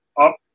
up